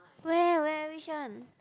where where which one